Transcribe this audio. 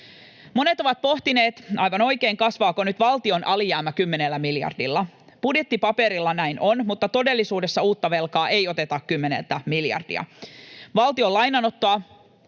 Monet ovat pohtineet, aivan oikein, kasvaako nyt valtion alijäämä kymmenellä miljardilla. Budjettipaperilla näin on, mutta todellisuudessa uutta velkaa ei oteta kymmentä miljardia. Valtion lainanottoa